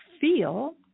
feel